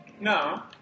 No